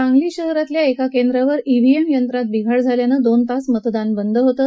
सांगली शहरातल्या एका केंद्रावर क्रीएम यंत्रात बिघाड झाल्यानं दोन तास मतदान बंद होतं